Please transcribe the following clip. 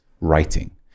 writing